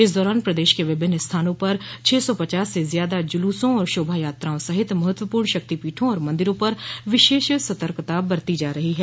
इस दौरान प्रदेश के विभिन्न स्थानों पर छह सौ पचास से ज्यादा जुलूसों और शोभा यात्राओं सहित महत्वपूर्ण शक्तिपीठों और मन्दिरों पर विशेष सतर्कता बरती जा रही है